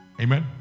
amen